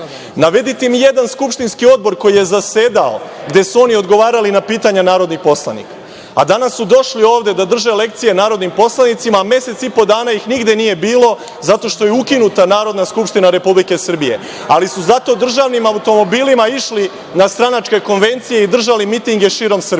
Navedite mi jedan skupštinski odbor koji je zasedao, gde su oni odgovarali na pitanja narodnih poslanika. Danas su došli ovde da drže lekcije narodnim poslanicima, a mesec i po dana ih nigde nije bilo, zato što je ukinuta Narodna skupština Republike Srbije. Ali su zato državnim automobilima išli na stranačke konvencije i držali mitinge širom Srbije. Ja